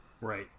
Right